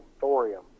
thorium